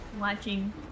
watching